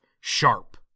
sharp